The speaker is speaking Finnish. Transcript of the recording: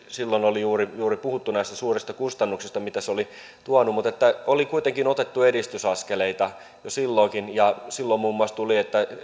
silloin oli puhuttu juuri näistä suurista kustannuksista mitä se oli tuonut mutta oli kuitenkin otettu edistysaskeleita jo silloin ja silloin muun muassa